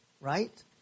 right